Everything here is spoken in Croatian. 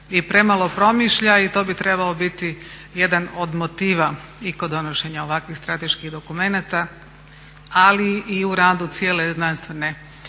i premalo promišlja i to bi trebao biti jedan od motiva i kod donošenja ovakvih strateških dokumenata, ali i u radu cijele znanstvene